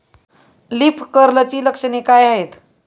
Leaf कर्लची लक्षणे काय आहेत?